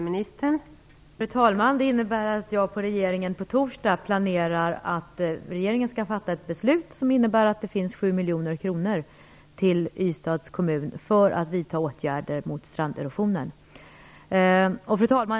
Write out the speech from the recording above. Fru talman! Det innebär att jag planerar att regeringen nu på torsdag skall fatta ett beslut som innebär att det finns sju miljoner kronor till Ystads kommun för att vidta åtgärder mot stranderosionen. Fru talman!